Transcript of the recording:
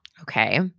Okay